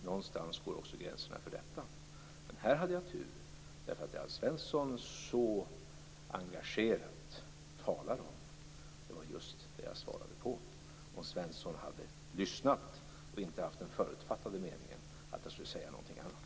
Någonstans går gränsen också för den. Men här hade jag tur därför att det Alf Svensson så engagerat talade om var just det jag svarade på - om nu Alf Svensson hade lyssnat och inte haft den förutfattade meningen att jag skulle säga någonting annat.